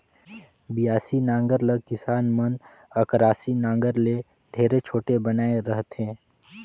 बियासी नांगर ल किसान मन अकरासी नागर ले ढेरे छोटे बनाए रहथे